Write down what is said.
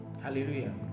Hallelujah